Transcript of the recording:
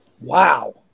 Wow